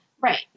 Right